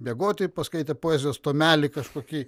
miegoti paskaitė poezijos tomelį kažkokį